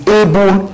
able